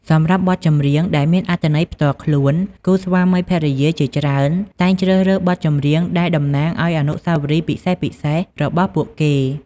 សម្រាប់បទចម្រៀងដែលមានអត្ថន័យផ្ទាល់ខ្លួន គូស្វាមីភរិយាជាច្រើនតែងជ្រើសរើសបទចម្រៀងដែលតំណាងឲ្យអនុស្សាវរីយ៍ពិសេសៗរបស់ពួកគេ។